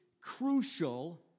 crucial